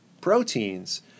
proteins